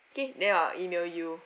okay then I will email you